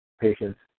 patients